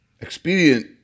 expedient